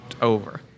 over